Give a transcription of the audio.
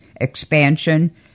expansion